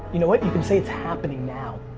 you know what? you can say it's happening now.